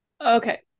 Okay